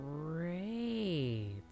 Great